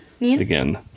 again